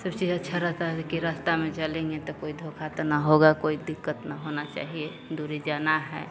सब चीज अच्छा रहता है क्योंकि रास्ता में चलेंगे त कोई धोखा तो न होगा कोई दिक्कत न होना चाहिए दूरी जाना है